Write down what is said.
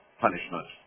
punishment